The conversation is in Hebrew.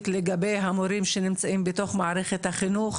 לגבי המורים שנמצאים בתוך מערכת החינוך,